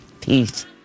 peace